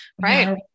right